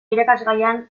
irakasgaian